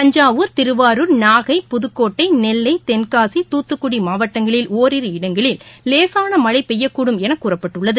தஞ்சாவூர் திருவாரூர் நாகை புதுக்கோட்டை நெல்லை தென்காசி தூத்துக்குடி மாவட்டங்களில் ஒரிரு இடங்களில் லேசான மழை பெய்யக்கூடும் என கூறப்பட்டுள்ளது